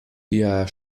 der